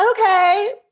okay